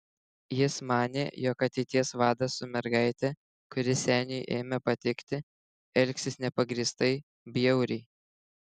jis manė jog ateities vadas su mergaite kuri seniui ėmė patikti elgsis nepagrįstai bjauriai